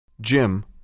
Jim